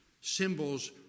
Symbols